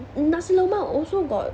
nasi lemak also got